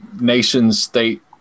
nation-state